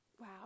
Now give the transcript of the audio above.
Wow